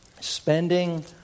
Spending